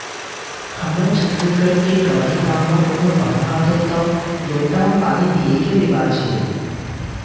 हमर छत्तीसगढ़ के गँवइ गाँव म कोनो पहुना आथें तौ लोटा म पानी दिये के रिवाज हे